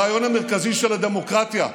הרעיון המרכזי של הדמוקרטיה.